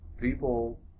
people